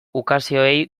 ukazioei